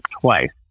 twice